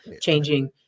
changing